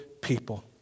people